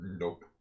nope